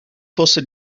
fosse